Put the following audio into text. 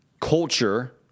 culture